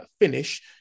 finish